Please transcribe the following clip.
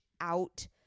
out